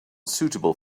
suitable